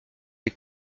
des